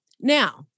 now